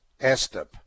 Estep